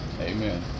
Amen